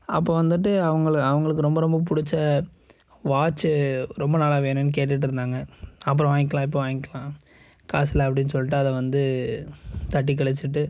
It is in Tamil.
அப்போது வந்துட்டு அவங்கள அவங்களுக்கு ரொம்ப ரொம்ப பிடிச்ச வாட்சு ரொம்ப நாளாக வேணும்னு கேட்டுட்டிருந்தாங்க அப்புறோம் வாங்கிகிலாம் இப்போ வாங்கிகிலாம் காசு இல்லலை அப்டின்னு சொல்லிட்டு அதை வந்து தட்டி கழிச்சுட்டு